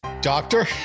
Doctor